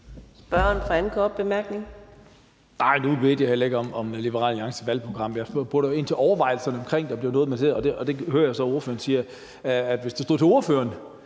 Boje Mathiesen (UFG): Nu bad jeg heller ikke om Liberal Alliances valgprogram. Jeg spurgte ind til overvejelserne omkring det, og der hører jeg så, at ordføreren siger, at hvis det stod til ordføreren,